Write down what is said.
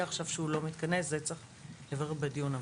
שהוא לא מתכנס את זה צריך לברר בדיון.